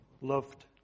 loved